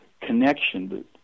connection